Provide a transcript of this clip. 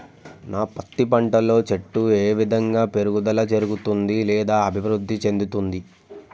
నా పత్తి పంట లో చెట్టు ఏ విధంగా పెరుగుదల జరుగుతుంది లేదా అభివృద్ధి చెందుతుంది?